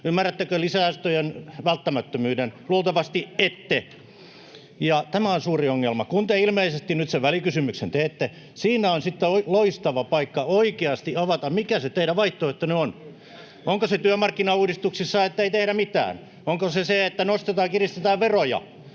Ymmärrättekö lisäsäästöjen välttämättömyyden? Luultavasti ette, ja tämä on suuri ongelma. Kun te ilmeisesti nyt sen välikysymyksen teette, siinä on sitten loistava paikka oikeasti avata, mikä se teidän vaihtoehtonne on. Onko se työmarkkinauudistuksissa se, ettei tehdä mitään? Onko se se, että nostetaan ja kiristetään veroja?